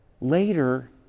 later